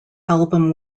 album